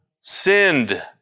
sinned